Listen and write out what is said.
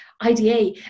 IDA